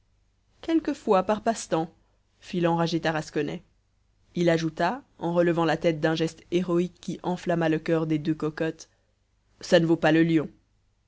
quelquefois par passe-temps fit l'enragé tarasconnais il ajouta en relevant la tête d'un geste héroïque qui enflamma le coeur des deux cocottes ça ne vaut pas le lion